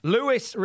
Lewis